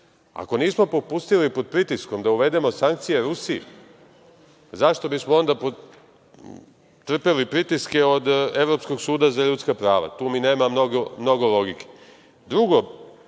Ako nismo popustili pod pritiskom da uvedemo sankcije Rusiji, zašto bismo onda trpeli pritiske od Evropskog suda za ljudska prava. Tu mi nema mnogo logike. Drugi